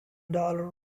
dollar